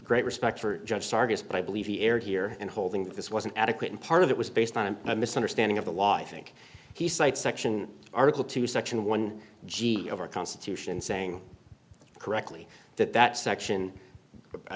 great respect for judge starkest but i believe the error here and holding that this wasn't adequate and part of it was based on a misunderstanding of the law i think he cites section article two section one of our constitution saying correctly that that section